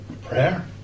prayer